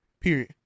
period